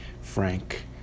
frank